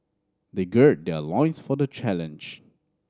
they gird their loins for the challenge